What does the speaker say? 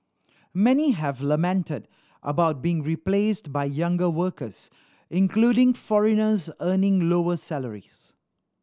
many have lamented about being replaced by younger workers including foreigners earning lower salaries